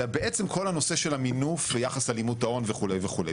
אלא בעצם כל הנושא של המינוף ביחס --- ההון וכו'.